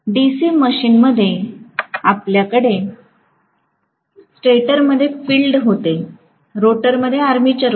DC मशीनमध्ये आप्ल्याकडे स्टेटरमध्ये फील्ड होते रोटरमध्ये आर्मेचर होते